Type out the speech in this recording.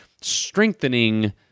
strengthening